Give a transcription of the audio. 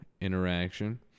interaction